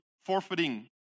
forfeiting